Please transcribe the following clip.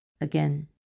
Again